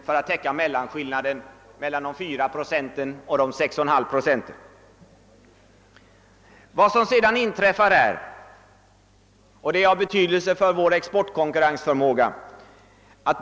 Vad som händer i Japan är av betydelse för vår industris konkurrensförmåga.